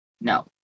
No